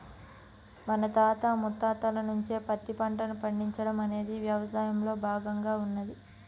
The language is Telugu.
మన తాత ముత్తాతల నుంచే పత్తి పంటను పండించడం అనేది మన యవసాయంలో భాగంగా ఉన్నది